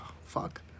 fuck